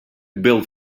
build